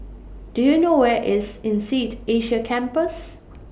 Do YOU know Where IS Insead Asia Campus